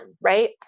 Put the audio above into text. right